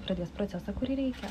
pradės procesą kurį reikia